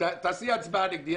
תעשי הצבעה נגדי,